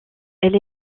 elle